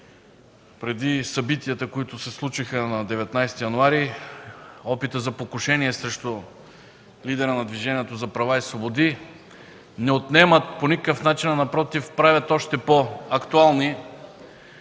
преди събитията, които се случиха на 19 януари – опитът за покушение срещу лидера на Движението за права и свободи, не отнема по никакъв начин, напротив, прави още по-актуални